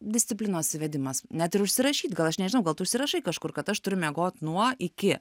disciplinos įvedimas net ir užsirašyt gal aš nežinau gal tu užsirašai kažkur kad aš turiu miegot nuo iki